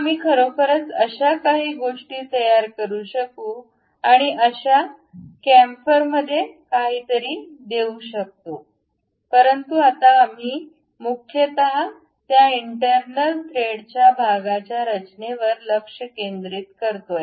आता आम्ही खरोखरच अशा काही गोष्टी तयार करू शकू आणि अशा चॅम्फरसारखे काहीतरी देऊ इच्छितो परंतु आता आम्ही मुख्यतः त्या इन्टर्नल थ्रेड च्या भागाच्या रचनेवर लक्ष केंद्रित करू